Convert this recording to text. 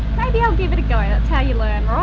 maybe i'll give it a go. that's how you learn, right?